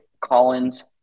Collins